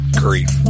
grief